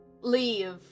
leave